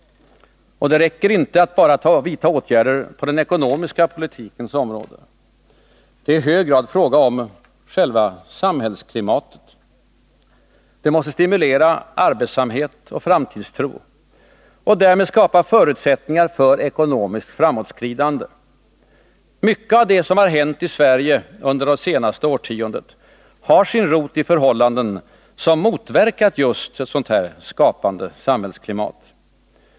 Det räcker inte att vidta åtgärder bara på den ekonomiska politikens område. Det är i hög grad fråga om själva samhällsklimatet. Detta måste stimulera arbetsamhet och framtidstro och därmed skapa förutsättningar för ekonomiskt framåtskridande. Mycket av det som har hänt i Sverige under det senaste årtiondet har sin rot i förhållanden som motverkat just det skapande samhällsklimatet.